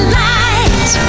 light